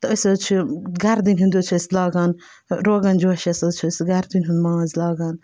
تہٕ أسۍ حظ چھِ گَردَنہِ ہُنٛد حظ چھِ أسۍ لاگان روغَن جوش ہَسا چھِس گَردَنہِ ہُنٛد ماز لاگان